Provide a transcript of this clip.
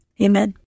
amen